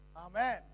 Amen